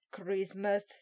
Christmas